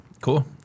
Cool